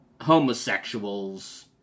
homosexuals